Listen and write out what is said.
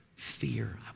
Fear